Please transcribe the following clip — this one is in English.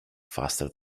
faster